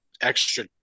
extra